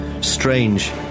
Strange